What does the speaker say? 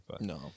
No